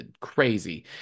crazy